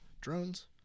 drones